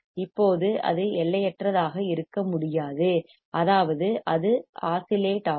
இப்போது அது எல்லையற்றதாக இருக்க முடியாது அதாவது அது ஊசலாடும் ஆஸிலேட் ஆகும்